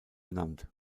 genannt